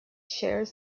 shares